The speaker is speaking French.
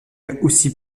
aussi